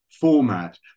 format